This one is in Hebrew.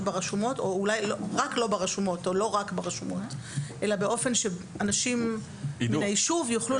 ברשומות או אולי לא רק ברשומות אלא באופן שאנשים מהישוב יוכלו